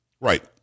Right